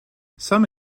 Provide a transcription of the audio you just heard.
some